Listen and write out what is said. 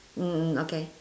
mm okay